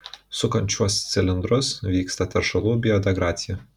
sukant šiuos cilindrus vyksta teršalų biodegradacija